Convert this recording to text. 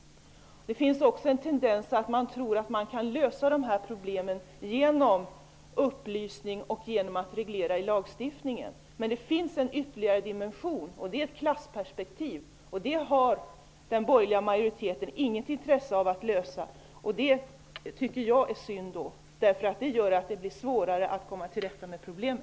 Det finns också en tendens att tro att man kan lösa dessa problem genom upplysning och genom att reglera i lagstiftningen. Men det finns en ytterligare dimension, och det är ett klassperspektiv. Den frågan har den borgerliga majoriteten inget intresse av att lösa. Det tycker jag är synd, eftersom det gör att det blir svårare att komma till rätta med problemet.